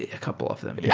a ah couple of them. yeah